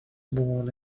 born